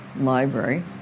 library